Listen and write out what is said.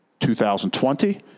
2020